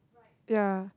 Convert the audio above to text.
ya